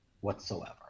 whatsoever